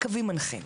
קווים מנחים.